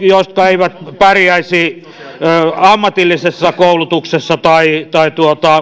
jotka eivät pärjäisi ammatillisessa koulutuksessa tai tai